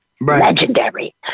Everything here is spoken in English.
legendary